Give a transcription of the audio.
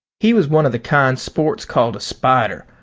he was one of the kind sports call a spider,